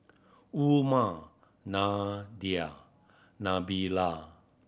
Umar Nadia Nabila